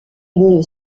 une